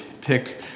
pick